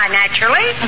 naturally